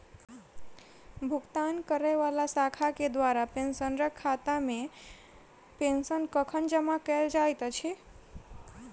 भुगतान करै वला शाखा केँ द्वारा पेंशनरक खातामे पेंशन कखन जमा कैल जाइत अछि